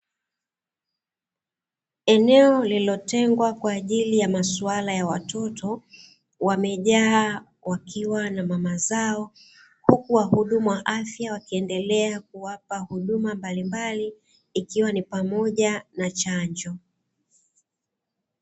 Eneo lililotengwa kwa ajili ya maswala ya watoto, wamejaa wakiwa na mama zao, huku wahudumu wa afya, wakiendelea kuwapa huduma mbalimbali ikiwa ni pamoja na chanjo.